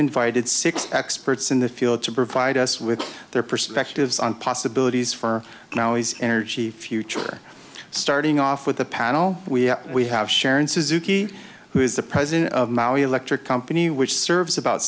invited six experts in the field to provide us with their perspectives on possibilities for now as energy future starting off with the panel we have we have sharon says zuki who is the president of maui electric company which serves about